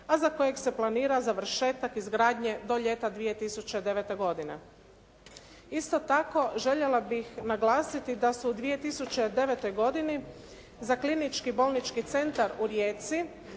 a za kojeg se planira završetak izgradnje do ljeta 2009. godine. Isto tako, željela bih naglasiti da se u 2009. godini za Klinički bolnički centar u Rijeci